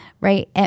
right